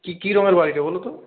কী কী রঙের বাড়িটা বলো তো